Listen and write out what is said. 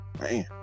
Man